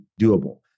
doable